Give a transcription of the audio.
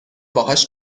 باهاش